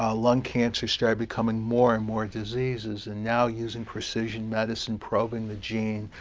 ah lung cancer started becoming more and more diseases. and now, using precision medicine, probing the gene,